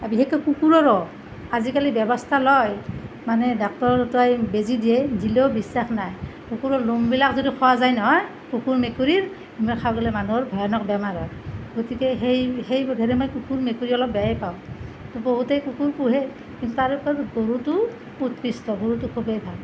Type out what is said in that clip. আৰু বিশেষকৈ কুকুৰৰো আজিকালি ব্যৱস্থা লয় মানে ডাক্টৰৰ হতুৱাই বেজি দিয়ে দিলেও বিশ্বাস নাই কুকুৰৰ নোমবিলাক যদি খোৱা যায় নহয় কুকুৰ মেকুৰীৰ খোৱা গ'লে মানুহৰ ভয়ানক বেমাৰ হয় গতিকে সেই সেই বোধেৰে মই কুকুৰ মেকুৰী অলপ বেয়াই পাওঁ বহুতেই কুকুৰ পুহে তাৰ ওপৰত গৰুটো উৎকৃষ্ট গৰুটো খুবেই ভাল